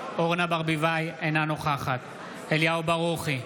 אינה נוכחת אליהו ברוכי,